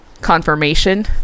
confirmation